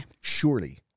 Surely